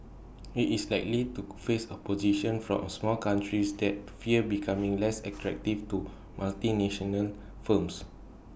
IT is likely to face opposition from small countries that fear becoming less attractive to multinational firms